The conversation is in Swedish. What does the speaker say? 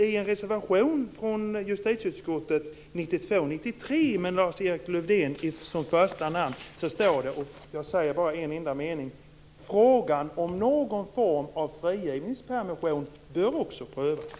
I en reservation från justitieutskottet 1992/93, med Lars-Erik Lövdén som första namn, står det, jag läser bara en enda mening: Frågan om någon form av frigivningspermission bör också prövas.